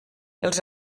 els